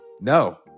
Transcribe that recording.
No